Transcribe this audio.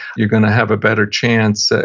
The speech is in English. you're going to have a better chance, ah